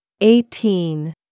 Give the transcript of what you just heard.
eighteen